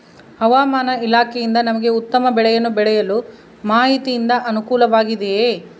ಹವಮಾನ ಇಲಾಖೆಯಿಂದ ನಮಗೆ ಉತ್ತಮ ಬೆಳೆಯನ್ನು ಬೆಳೆಯಲು ಮಾಹಿತಿಯಿಂದ ಅನುಕೂಲವಾಗಿದೆಯೆ?